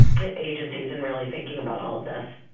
agencies and really thinking about all this.